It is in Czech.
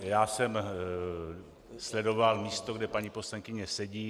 Já jsem sledoval místo, kde paní poslankyně sedí.